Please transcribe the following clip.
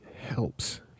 helps